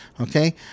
Okay